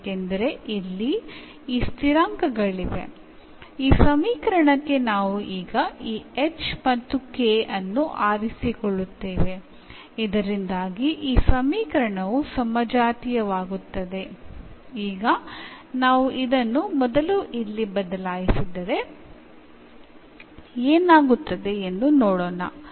അതിനാൽ ഇപ്പോൾ നമ്മുടെ ഡിപെൻഡന്റ് വേരിയബിൾനെ ഇവിടെ എന്നായും ഡിപെൻഡന്റ് വേരിയബിൾനെ എന്നായും മാറ്റുന്നു